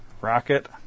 rocket